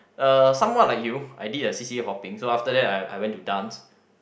uh somewhat like you I did a C_c_A hopping so after that I I went to dance